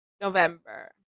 November